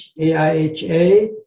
AIHA